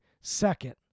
second